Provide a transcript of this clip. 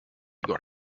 got